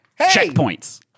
Checkpoints